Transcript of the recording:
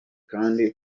kandi